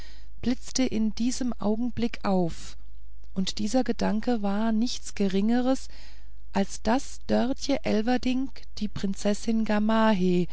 blitzte in diesem augenblick auf und dieser gedanke war nichts geringeres als daß dörtje elverdink die prinzessin